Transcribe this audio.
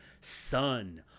son